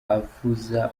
avuza